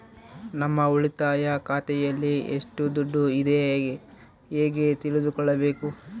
ನಮ್ಮ ಉಳಿತಾಯ ಖಾತೆಯಲ್ಲಿ ಎಷ್ಟು ದುಡ್ಡು ಇದೆ ಹೇಗೆ ತಿಳಿದುಕೊಳ್ಳಬೇಕು?